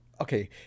okay